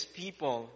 people